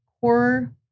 core